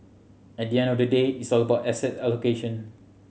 at the end of the day it's all about asset allocation